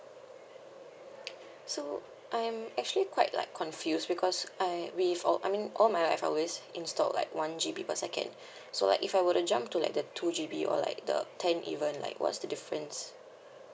so I am actually quite like confused because I with all I mean all my I've always install like one G_B per second so like if I were to jump to like the two G_B or like the ten even like what is the difference